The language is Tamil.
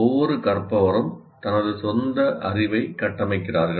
ஒவ்வொரு கற்பவரும் தனது சொந்த அறிவை கட்டமைக்கிறார்கள்